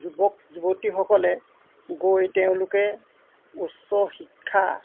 যুৱক যুৱতীসকলে গৈ তেওঁলোকে উচ্চ শিক্ষা